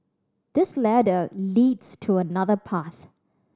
this ladder leads to another path